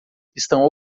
estão